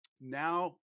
Now